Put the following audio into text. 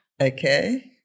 Okay